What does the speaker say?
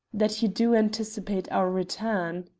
that you do anticipate our return.